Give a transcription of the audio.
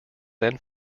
then